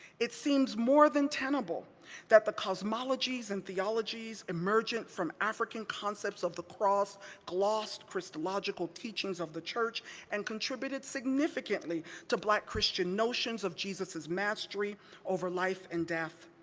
it seems more than tenable that the cosmologies and theologies emergent from african concepts of the cross glossed christological teachings of the church and contributed significantly to black christian notions of jesus's mastery over life and death,